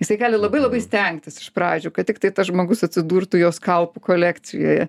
jisai gali labai labai stengtis iš pradžių kad tiktai tas žmogus atsidurtų jo skalpų kolekcijoje